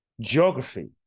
geography